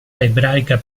ebraica